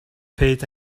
paid